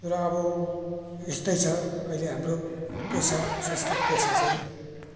र अब यस्तै छ अहिले हाम्रो पेसा संस्कृति पेसा चाहिँ